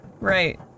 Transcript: Right